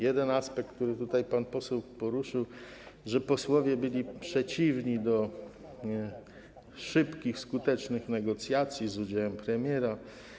Jeden aspekt, który tutaj pan poseł poruszył, jest taki, że posłowie byli przeciwni szybkim, skutecznym negocjacjom z udziałem premiera.